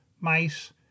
mice